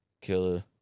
killer